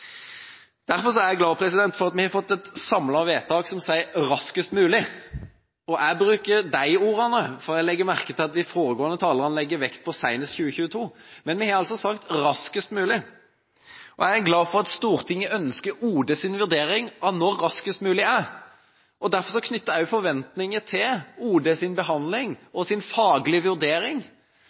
Derfor er jeg glad for at vi har fått et samlet vedtak som sier «så raskt som mulig», og jeg bruker de ordene, for jeg legger merke til at de foregående talerne legger vekt på «senest i 2022». Men vi har altså sagt «så raskt som mulig». Jeg er også glad for at Stortinget ønsker Oljedirektoratets vurdering av når «så raskt som mulig» er. Derfor knytter jeg også forventninger til ODs behandling og faglige vurdering,